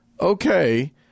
okay